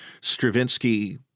Stravinsky